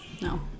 No